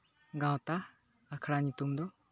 ᱜᱟᱶᱛᱟ ᱟᱠᱷᱲᱟ ᱧᱩᱛᱩᱢ ᱫᱚ